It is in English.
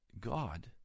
God